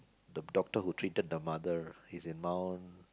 the doctor who treated the mother he's in mount